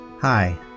Hi